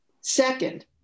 Second